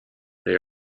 they